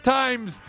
times